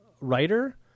writer